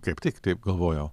kaip tik taip galvojau